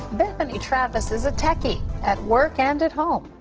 bethany travis is a techie at work and at home.